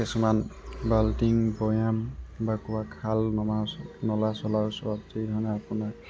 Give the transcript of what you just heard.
কিছুমান বাল্টিং বৈয়াম বা ক'ৰবাত খাল নলা নলা চলা ওচৰত যিধৰণে আপোনাৰ